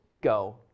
go